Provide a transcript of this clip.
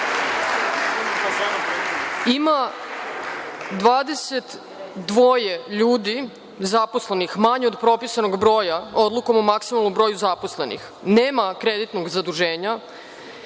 ima 22 ljudi zaposlenih, manje od propisanog broja, odlukom o maksimalnom broju zaposlenih, nema kreditnog zaduženja. Krajem